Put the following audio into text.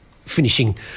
Finishing